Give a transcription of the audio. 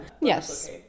yes